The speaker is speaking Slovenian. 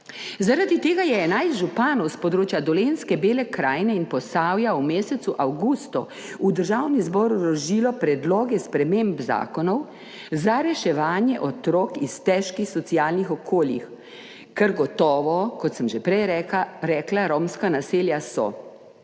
Zaradi tega je 11 županov s področja Dolenjske, Bele krajine in Posavja v mesecu avgustu v Državni zbor vložilo predloge sprememb zakonov za reševanje otrok iz težkih socialnih okolij, ker gotovo, kot sem že prej rekla, romska naselja so.